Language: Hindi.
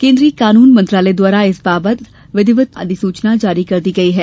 केन्द्रीय कानून मंत्रालय द्वारा इस बाबत विधिवत अधिसूचना जारी कर दी गयी है